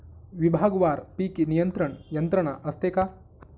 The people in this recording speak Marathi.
विभागवार पीक नियंत्रण यंत्रणा असते का?